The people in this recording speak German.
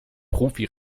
profi